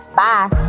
bye